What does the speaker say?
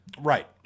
Right